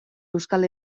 euskal